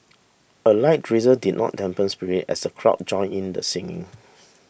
a light drizzle did not dampen spirits as the crowd joined in the singing